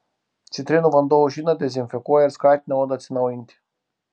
citrinų vanduo aušina dezinfekuoja ir skatina odą atsinaujinti